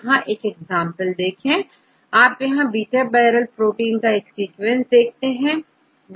यहां आप एक एग्जांपल देखें यहां पर बीटा बैरल प्रोटीन का एक सीक्वेंस है